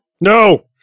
No